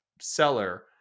seller